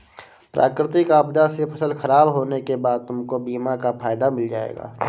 प्राकृतिक आपदा से फसल खराब होने के बाद तुमको बीमा का फायदा मिल जाएगा